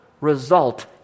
result